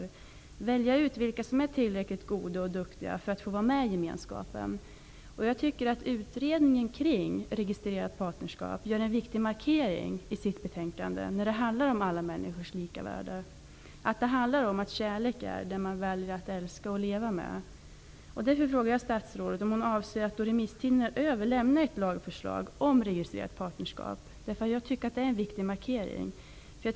De vill välja ut vilka som är tillräckligt goda och duktiga för att få vara med i gemenskapen. Jag tycker att utredningen kring registrerat partnerskap gör en viktig markering i sitt betänkande där det handlar om alla människors lika värde. Kärlek är den man väljer att älska och leva med. Därför frågar jag statsrådet om hon avser att lämna ett lagförslag om registrerat partnerskap när remisstiden är över. Jag tycker att det är en viktig markering.